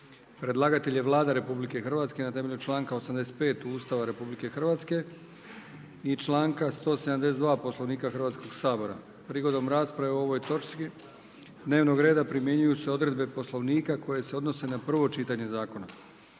Predlagatelj je Vlada RH na temelju članka 85. Ustava RH i članka 172. u svezi sa člankom 190. Poslovnika Hrvatskog sabora. Prigodom rasprave o ovoj točki dnevnog reda primjenjuju se odredbe Poslovnika koje se odnose na drugo čitanje zakona.